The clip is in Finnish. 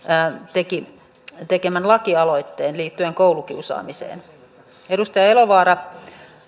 tekemän tekemän lakialoitteen liittyen koulukiusaamiseen edustaja elovaaran